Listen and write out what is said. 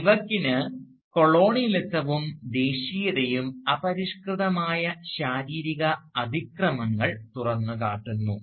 സ്പിവക്കിന് കൊളോണിയലിസവും ദേശീയതയും അപരിഷ്കൃതമായ ശാരീരിക അതിക്രമങ്ങൾ തുറന്നുകാട്ടുന്നു